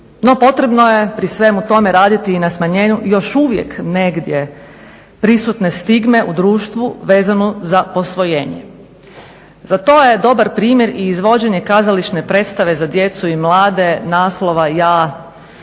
No, potrebno je pri svemu tome raditi i na smanjenju još uvijek negdje prisutne stigme u društvu vezanu za posvojenje. Za to je dobar primjer i izvođenje kazališne predstave za djecu i mlade naslova ja,